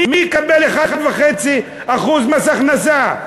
מי יקבל 1.5% מס הכנסה?